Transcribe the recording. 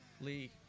Lee